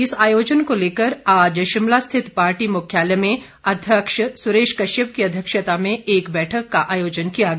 इस आयोजन को लेकर आज शिमला पार्टी मुख्यालय में अध्यक्ष सुरेश कश्यप की अध्यक्षता में एक बैठक का आयोजन किया गया